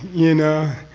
you know?